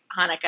Hanukkah